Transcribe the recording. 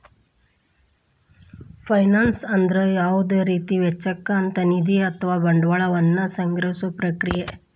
finance ಅಂದ್ರ ಯಾವುದ ರೇತಿ ವೆಚ್ಚಕ್ಕ ಅಂತ್ ನಿಧಿ ಅಥವಾ ಬಂಡವಾಳ ವನ್ನ ಸಂಗ್ರಹಿಸೊ ಪ್ರಕ್ರಿಯೆ